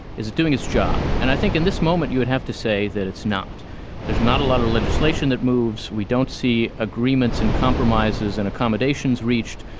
is it doing its job? and i think in this moment, you would have to say that it's not there's not a lot of legislation that moves. we don't see agreements and compromises and accommodations reached.